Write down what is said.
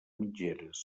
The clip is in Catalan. mitgeres